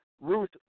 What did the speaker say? Ruth